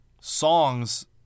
songs